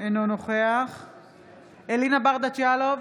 אינו נוכח אלינה ברדץ' יאלוב,